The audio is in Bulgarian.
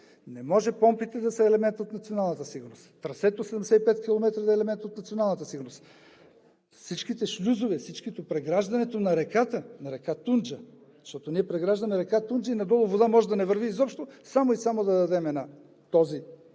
Не може помпите да са елемент от националната сигурност, трасето 75 км да е елемент от националната сигурност, всичките шлюзове, преграждането на реката, на река Тунджа, защото ние преграждаме река Тунджа и надолу вода може да не върви изобщо, само и само да дадем на този